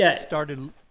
started